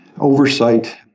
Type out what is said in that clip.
oversight